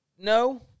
No